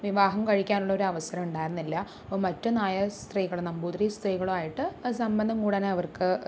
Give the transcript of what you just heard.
വിവാഹം കഴിക്കാനുള്ള ഒരു അവസരം ഉണ്ടായിരുന്നില്ല അപ്പോൾ മറ്റ് നായർ സ്ത്രീകള് നമ്പൂതിരി സ്ത്രീകളുവായിട്ട് സംബന്ധം കൂടാനെ അവര്ക്ക്